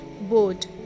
board